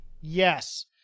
Yes